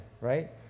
right